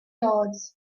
yards